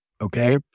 Okay